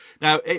Now